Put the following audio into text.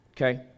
okay